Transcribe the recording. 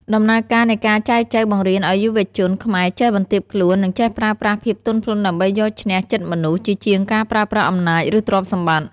ដំណើរការនៃការចែចូវបង្រៀនឱ្យយុវជនខ្មែរចេះបន្ទាបខ្លួន និងចេះប្រើប្រាស់ភាពទន់ភ្លន់ដើម្បីយកឈ្នះចិត្តមនុស្ស ជាជាងការប្រើប្រាស់អំណាច ឬទ្រព្យសម្បត្តិ។